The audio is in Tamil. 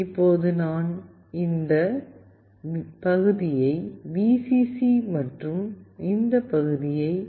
இப்போது நான் இந்த பகுதியை Vcc மற்றும் இந்த பகுதியை பின் டி2 உடன் இணைப்பேன்